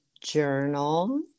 journal